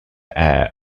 air